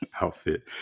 outfit